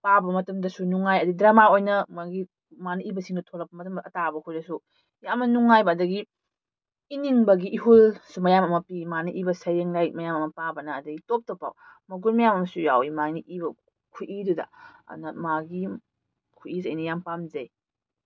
ꯄꯥꯕ ꯃꯇꯝꯗꯁꯨ ꯅꯨꯡꯉꯥꯏ ꯑꯗꯩ ꯗ꯭ꯔꯃꯥ ꯑꯣꯏꯅ ꯃꯥꯒꯤ ꯃꯥꯅ ꯏꯕꯁꯤꯡꯗꯣ ꯊꯣꯛꯂꯛꯄ ꯃꯇꯝꯗ ꯑꯇꯥꯕ ꯑꯩꯈꯣꯏꯗꯁꯨ ꯌꯥꯝꯅ ꯅꯨꯡꯉꯥꯏꯕ ꯑꯗꯒꯤ ꯏꯅꯤꯡꯕꯒꯤ ꯏꯍꯨꯜꯁꯨ ꯃꯌꯥꯝ ꯑꯃ ꯄꯤ ꯃꯥꯅ ꯏꯕ ꯁꯩꯔꯦꯡ ꯂꯥꯏꯔꯤꯛ ꯃꯌꯥꯝ ꯑꯃ ꯄꯥꯕꯅ ꯑꯗꯩ ꯇꯣꯞ ꯇꯣꯞꯄ ꯃꯒꯨꯟ ꯃꯌꯥꯝ ꯑꯃꯁꯨ ꯌꯥꯎꯏ ꯃꯥꯅ ꯏꯕ ꯈꯨꯠꯏꯗꯨꯗ ꯑꯗꯨꯅ ꯃꯥꯒꯤ ꯈꯨꯠꯏꯁꯤ ꯑꯩꯅ ꯌꯥꯝꯅ ꯄꯥꯝꯖꯩ